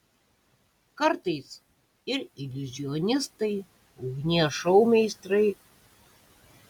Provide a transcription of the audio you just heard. kartais ir iliuzionistai ugnies šou meistrai